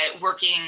working